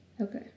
Okay